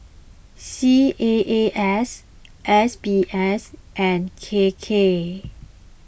C A A S S B S and K K